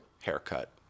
haircut